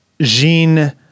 Jean